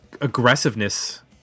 aggressiveness